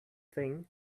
thing